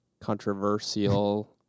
controversial